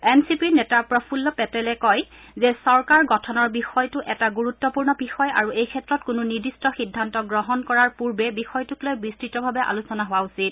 N C পিৰ নেতা প্ৰফুল্ল পেটেলে কয় যে চৰকাৰ গঠনৰ বিষয়টো এটা গুৰুত্বপূৰ্ণ বিষয় আৰু এই ক্ষেত্ৰত কোনো নিৰ্দিষ্ট সিদ্ধান্ত গ্ৰহণ কৰাৰ পূৰ্বে বিষয়টোক লৈ বিস্তৃতভাৱে আলোচনা হোৱা উচিত